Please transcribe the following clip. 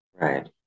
Right